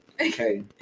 Okay